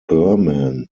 burman